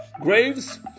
Graves